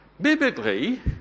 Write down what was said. Biblically